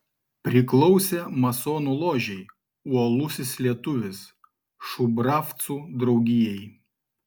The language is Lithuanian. priklausė masonų ložei uolusis lietuvis šubravcų draugijai